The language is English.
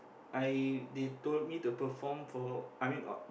I they told me to perform for I mean